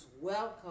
welcome